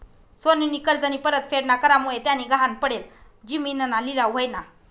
सोनूनी कर्जनी परतफेड ना करामुये त्यानी गहाण पडेल जिमीनना लिलाव व्हयना